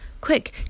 Quick